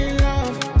love